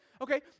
okay